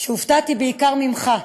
שהופתעתי במיוחד ממך,